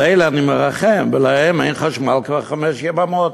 על אלה אני מרחם, ולהם אין חשמל כבר חמש יממות.